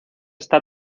está